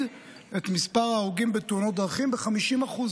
את מספר ההרוגים בתאונות דרכים ב-50%.